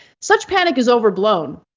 such panic is overblown,